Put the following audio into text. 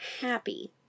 happy